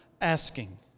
asking